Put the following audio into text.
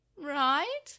Right